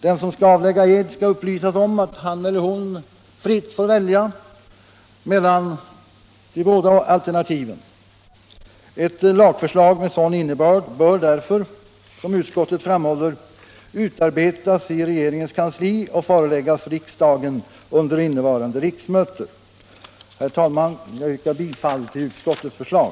Den som skall avlägga ed skall upplysas om att han eller hon fritt får välja mellan de båda alternativen. Ett lagförslag med sådan innebörd bör därför, som utskottet framhåller, utarbetas i regeringens kansli och föreläggas riksdagen under innevarande riksmöte. Herr talman! Jag yrkar bifall till utskottets förslag.